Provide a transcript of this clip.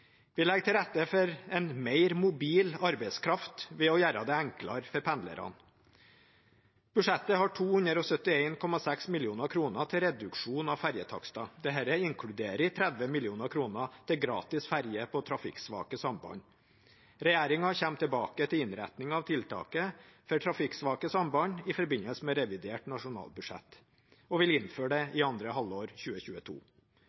Vi legger til rette for en mer mobil arbeidskraft ved å gjøre det enklere for pendlerne. Budsjettet har 271,6 mill. kr til reduksjon av fergetakster, dette inkluderer 30 mill. kr til gratis ferger på trafikksvake samband. Regjeringen kommer tilbake til innretningen av tiltaket for trafikksvake samband i forbindelse med revidert nasjonalbudsjett og vil innføre det i andre halvår 2022.